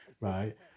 right